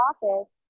office